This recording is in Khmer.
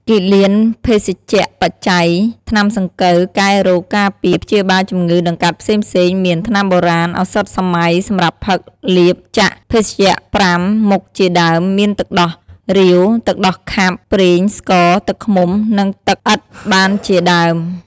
គិលានភេសជ្ជបច្ច័យ ថ្នាំសង្កូវ កែរោគ ការពារ ព្យាបាលជម្ងឺដម្កាត់ផ្សេងៗមាន ថ្នាំបូរាណ ឱសថសម័យ សម្រាប់ផឹក លាប ចាក់ ភេសជ្ជៈ ៥ មុខជាដើម មានទឹកដោះរាវ ទឹកដោះខាប់ ប្រេងស្ក ទឹកឃ្មុំ និងទឹកអដ្ឋបានជាដើម ។